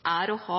er å ha